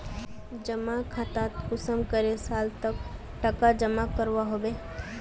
जमा खातात कुंसम करे साल तक टका जमा करवा होबे?